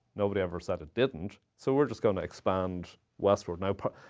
nobody ever said it didn't, so we're just going to expand westward. now, but